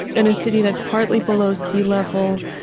in a city that's partly below sea level,